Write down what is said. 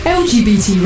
lgbt